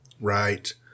Right